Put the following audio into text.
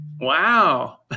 wow